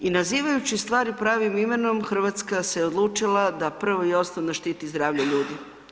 I nazivajući stvari pravim imenom, Hrvatska se odlučila da prvo i osnovno štiti zdravlje ljudi.